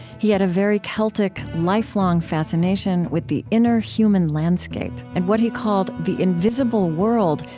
he had a very celtic, lifelong fascination with the inner human landscape and what he called the invisible world,